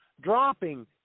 dropping